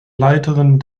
leiterin